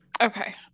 okay